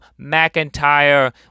McIntyre